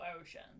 ocean